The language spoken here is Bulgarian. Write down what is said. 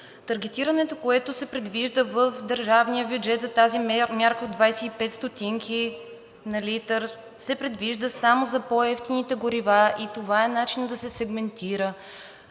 Таргетирането, което се предвижда в държавния бюджет за тази мярка от 25 стотинки на литър, се предвижда само за по-евтините горива и това е начинът да се сегментира.